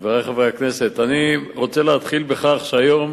חברי חברי הכנסת, אני רוצה להתחיל בכך שהיום